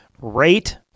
rate